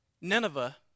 Nineveh